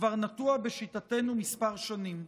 כבר נטוע בשיטתנו כמה שנים,